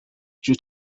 due